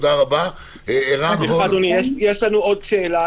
עוד שאלה,